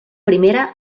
primera